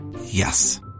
Yes